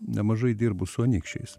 nemažai dirbu su anykščiais